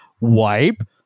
Wipe